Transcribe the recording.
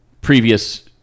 previous